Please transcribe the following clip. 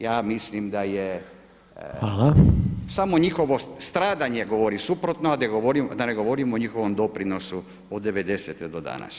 Ja mislim da je samo njihovo stradanje govori suprotno, a da ne govorim o njihovom doprinosu od 90-te do danas.